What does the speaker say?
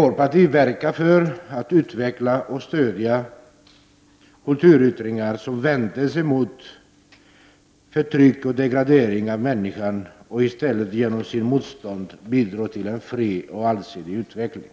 Vårt parti verkar för att utveckla och stödja kulturyttringar som vänder sig mot förtryck och degradering av människan och i stället genom sitt motstånd bidrar till en fri och allsidig utveckling.